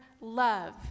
love